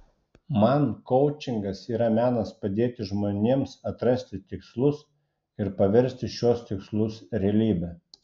man koučingas yra menas padėti žmonėms atrasti tikslus ir paversti šiuos tikslus realybe